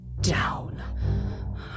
down